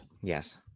Yes